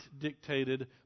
dictated